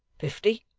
fifty